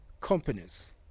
companies